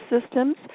systems